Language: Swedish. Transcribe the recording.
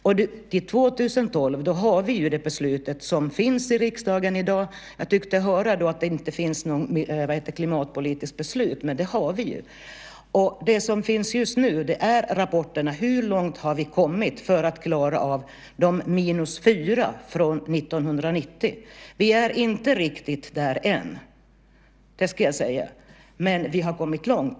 Till år 2012 har vi det riksdagsbeslut som i dag finns. Jag tyckte mig höra att det inte finns något klimatpolitiskt beslut, men ett sådant har vi. Vad som finns just nu är rapporter om hur långt vi har kommit för att klara detta med minus 4 från år 1990. Vi är inte riktigt där ännu - det ska jag säga - men vi har kommit långt.